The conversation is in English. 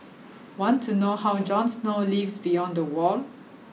want to know how Jon Snow lives beyond the wall